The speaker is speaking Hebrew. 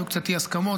היו קצת אי-הסכמות.